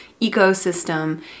ecosystem